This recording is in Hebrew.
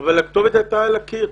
אבל הכתובת הייתה על הקיר.